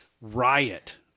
riot